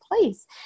place